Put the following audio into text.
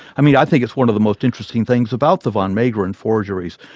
i mean i think it's one of the most interesting things about the van meegeren forgeries,